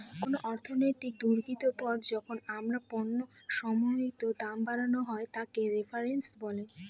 কোন অর্থনৈতিক দুর্গতির পর যখন আবার পণ্য সামগ্রীর দাম বাড়ানো হয় তাকে রেফ্ল্যাশন বলে